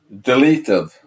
deleted